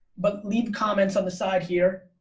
but leave comments on the side here.